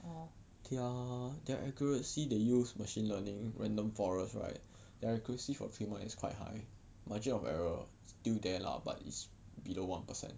orh